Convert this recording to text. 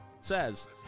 says